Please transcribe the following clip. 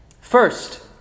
First